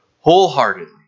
wholeheartedly